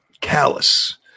callous